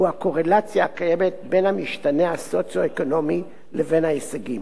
הקורלציה הקיימת בין המשתנה הסוציו-אקונומי לבין ההישגים.